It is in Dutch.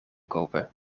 kopen